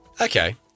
Okay